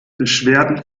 beschwerden